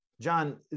John